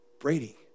Brady